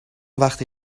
وقتی